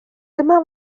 dyma